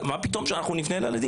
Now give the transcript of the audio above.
"מה פתאום שנפנה לילדים?